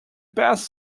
best